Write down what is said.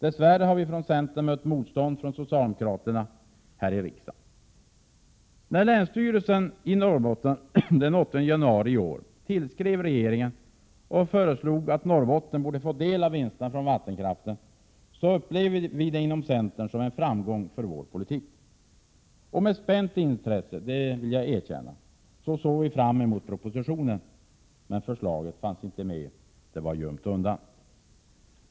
Dess värre har vi från centern mött motstånd från socialdemokraterna här i riksdagen. När länsstyrelsen i Norrbotten den 8 januari i år tillskrev regeringen och föreslog att Norrbotten skulle få del av vinsterna från vattenkraften, upplevde vi inom centern det som en framgång för vår politik. Med spänt intresse — det vill jag erkänna — såg vi fram emot propositionen, men förslaget fanns inte med, utan det hade gömts undan.